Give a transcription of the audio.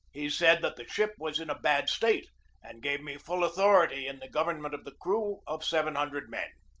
he said that the ship was in a bad state and gave me full authority in the gov ernment of the crew of seven hundred men.